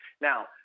Now